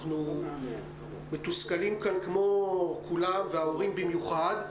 אנחנו מתוסכלים וההורים במיוחד.